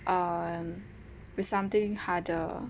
um something harder